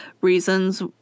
reasons